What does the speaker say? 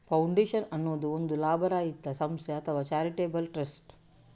foundation ಅನ್ನುದು ಒಂದು ಲಾಭರಹಿತ ಸಂಸ್ಥೆ ಅಥವಾ ಚಾರಿಟೇಬಲ್ ಟ್ರಸ್ಟ್